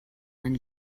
man